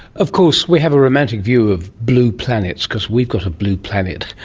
of course we have a romantic view of blue planets because we've got a blue planet.